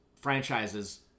franchises